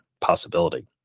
possibility